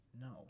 no